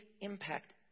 impact